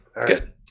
Good